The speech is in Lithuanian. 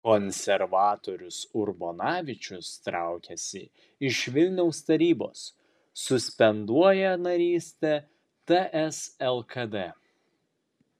konservatorius urbonavičius traukiasi iš vilniaus tarybos suspenduoja narystę ts lkd